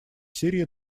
сирии